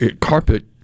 Carpet